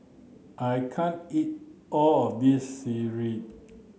I can't eat all of this Sireh